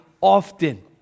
often